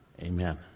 amen